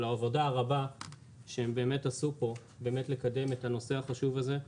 על העבודה הרבה שהם באמת עשו פה כדי לקדם את הנושא החשוב הזה.